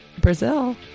Brazil